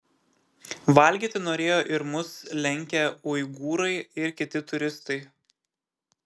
valgyti norėjo ir mus lenkę uigūrai ir kiti turistai